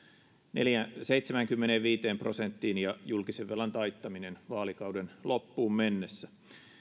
seitsemäänkymmeneenviiteen prosenttiin ja julkisen velan taittaminen vaalikauden loppuun mennessä